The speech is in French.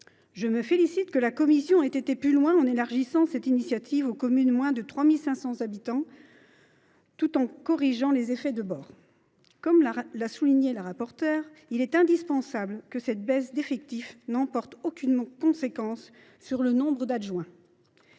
Je me félicite que la commission soit allée plus loin en élargissant cette initiative aux communes de moins de 3 500 habitants tout en corrigeant les effets de bords du texte. Comme l’a souligné Mme la rapporteure, il est indispensable que cette baisse d’effectif n’emporte aucune conséquence sur le nombre d’adjoints.